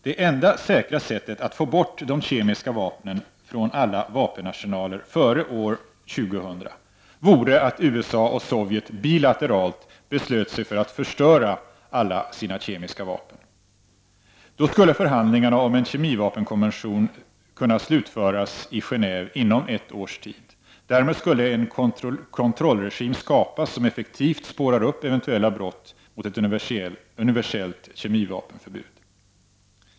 Det enda säkra sättet att få bort de kemiska vapnen från alla vapenarsenaler före år 2000 vore att USA och Sovjet bilateralt beslöt sig för att förstöra alla sina kemiska vapen. Då skulle förhandlingarna om en kemivapenkonvention kunna slutföras i Genåve inom ett års tid. Därmed skulle en kontrollregim skapas, som effektivt spårar upp eventuella brott mot ett universellt kemivapenförbud.